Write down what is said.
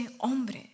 hombre